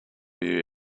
you